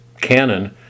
canon